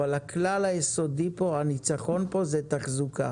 אבל הכלל היסודי פה, הניצחון פה הוא תחזוקה.